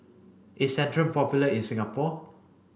is Centrum popular in Singapore